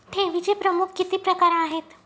ठेवीचे प्रमुख किती प्रकार आहेत?